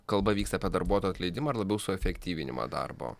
kalba vyksta apie darbuotojų atleidimą ar labiau suefektyvinimą darbo